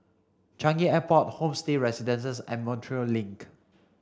Changi Airport Homestay Residences and Montreal Link